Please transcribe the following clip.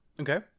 Okay